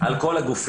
על כל הגופים.